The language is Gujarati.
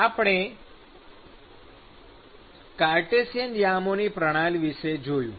અહી આપણે કાર્ટેશિયન યામોની પ્રણાલી વિષે જોયું